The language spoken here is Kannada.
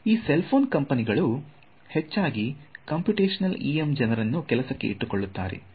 ಈ ಸೆಲ್ಫೋನ್ ಕಂಪನಿಗಳು ಹೆಚ್ಚಾಗಿ ಕಂಪ್ಯೂಟಶ್ನಲ್ EM ಜನರನ್ನು ಕೆಲಸಕ್ಕೆ ಇಟ್ಟುಕೊಳ್ಳುತ್ತಾರೆ